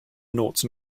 noughts